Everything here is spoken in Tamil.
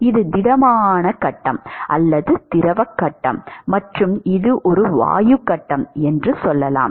இது திடமான கட்டம் அல்லது திரவ கட்டம் மற்றும் இது ஒரு வாயு கட்டம் என்று சொல்லலாம்